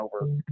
over